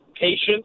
patience